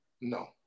No